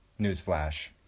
Newsflash